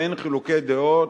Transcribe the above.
ואין חילוקי דעות,